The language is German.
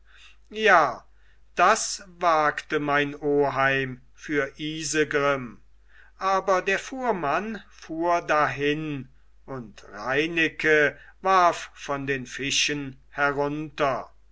ja das wagte mein oheim für isegrim aber der fuhrmann fuhr dahin und reineke warf von den fischen herunter